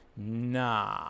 Nah